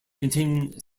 containing